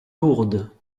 lourdes